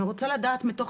אני רוצה לדעת מתוך